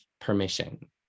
permission